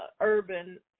urban